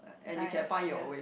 I ya